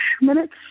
minutes